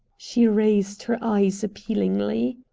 she raised her eyes appealingly.